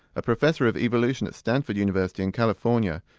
a professor of evolution at stanford university in california,